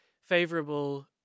favorable